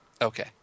Okay